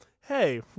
hey